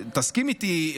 תסכים איתי,